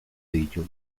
ditu